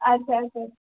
আচ্ছা আচ্ছা